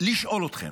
לשאול אתכם,